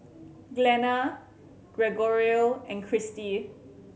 Glenna Gregorio and Christi